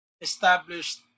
established